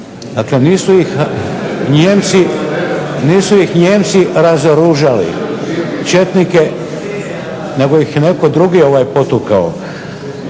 nisu ih Nijemci razoružali četnike nego ih je netko drugi potukao.